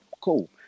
cool